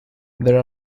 there